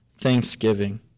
thanksgiving